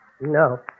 No